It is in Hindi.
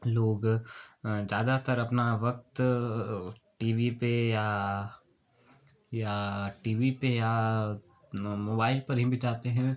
लोग ज़्यादातर अपना वक्त टी वी पे या या टी वी पे या मोबाइल पर ही बिताते हैं